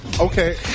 Okay